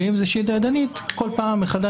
השאלה אם זה נכון להטיל כאן חובה